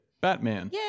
Batman